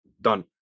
Done